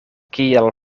kiel